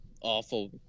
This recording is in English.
awful